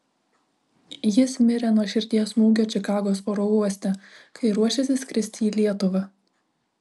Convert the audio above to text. jis mirė nuo širdies smūgio čikagos oro uoste kai ruošėsi skristi į lietuvą